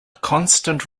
constant